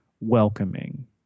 welcoming